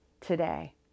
today